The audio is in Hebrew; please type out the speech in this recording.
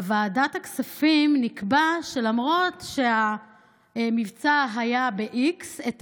בוועדת הכספים נקבע שלמרות שהמבצע היה ב-x, את